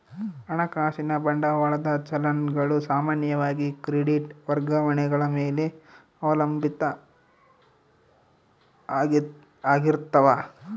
ಹಣಕಾಸಿನ ಬಂಡವಾಳದ ಚಲನ್ ಗಳು ಸಾಮಾನ್ಯವಾಗಿ ಕ್ರೆಡಿಟ್ ವರ್ಗಾವಣೆಗಳ ಮೇಲೆ ಅವಲಂಬಿತ ಆಗಿರ್ತಾವ